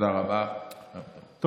ועדת הכלכלה.